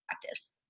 practice